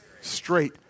straight